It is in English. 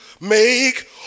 make